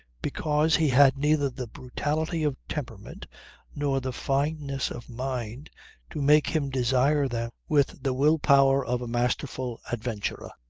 because he had neither the brutality of temperament nor the fineness of mind to make him desire them with the will power of a masterful adventurer.